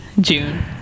June